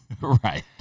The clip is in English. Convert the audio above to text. Right